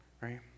Right